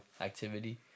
Activity